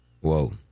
Whoa